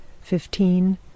fifteen